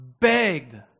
begged